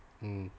mm